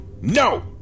No